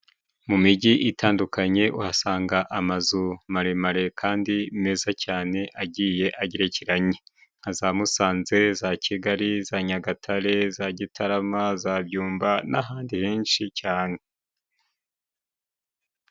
Mu mijyi itandukanye uhasanga amazu maremare kandi meza cyane agiye agerekeranye nka za Musanze, za Kigali ,za Nyagatare, za Gitarama ,za Byumba n'ahandi henshi cyane.